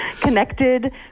connected